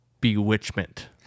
bewitchment